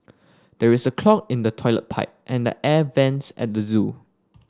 there is a clog in the toilet pipe and the air vents at the zoo